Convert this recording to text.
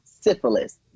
Syphilis